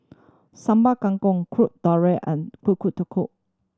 Sambal Kangkong Kuih Dadar and Kuih Kodok